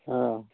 हँ